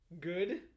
good